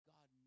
God